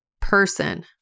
person